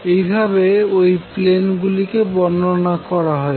এই ভাবে ওই প্লেন গুলিকে বর্ণনা করা হয়েছে